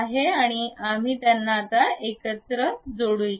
आणि आम्ही त्यांना एकत्र जोडू इच्छितो